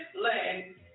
land